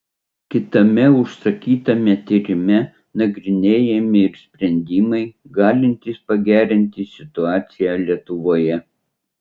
kitame užsakytame tyrime nagrinėjami ir sprendimai galintys pagerinti situaciją lietuvoje